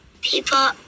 people